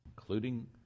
including